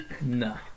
No